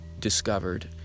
discovered